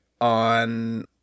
on